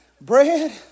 Bread